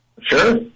Sure